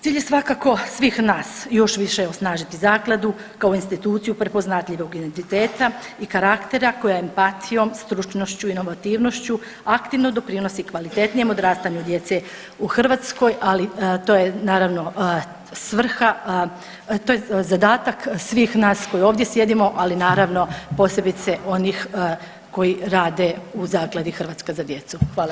Cilj je svakako svih nas još više osnažiti zakladu kao instituciju prepoznatljivog identiteta i karaktera koja empatijom, stručnošću i novotivnošću aktivno doprinosi kvalitetnijem odrastanju djece u Hrvatskoj, ali to je naravno svrha, to je zadatak svih nas koji ovdje sjedimo, ali naravno posebice onih koji rade u Zakladi „Hrvatska za djecu“